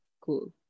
Cool